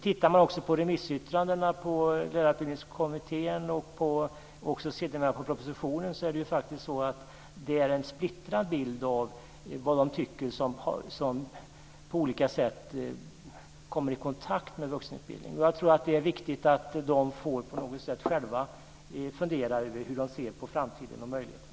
Tittar man också på remissyttrandena, bl.a. Lärarutbildningskommittén, och sedermera också på propositionen, så får man faktiskt en splittrad bild av vad de tycker som på olika sätt kommer i kontakt med vuxenutbildningen. Jag tror att det är viktigt att de på något sätt själva får fundera över hur de ser på framtiden och möjligheterna.